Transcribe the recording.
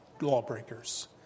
lawbreakers